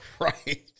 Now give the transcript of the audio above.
Right